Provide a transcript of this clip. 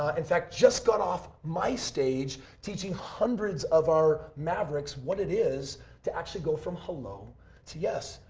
ah in fact, just got off my stage teaching hundreds of our mavericks what it is to actually go from hello to yes.